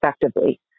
effectively